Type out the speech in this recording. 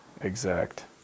exact